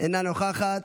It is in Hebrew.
אינה נוכחת.